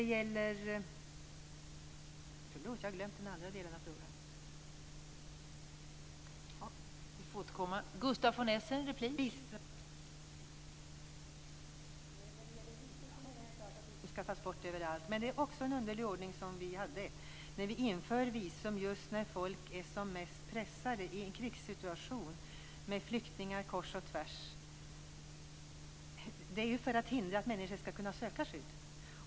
I fråga om visumtvånget anser jag inte att det skall tas bort generellt. Men det är också en konstig ordning som råder. Vi inför visum när människor är som mest pressade i en krigssituation. Visumtvång är ju till för att hindra människor från att kunna söka skydd.